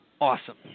awesome